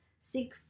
Seek